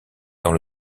dans